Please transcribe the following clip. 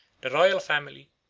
the royal family,